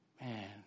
Man